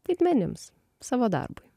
vaidmenims savo darbui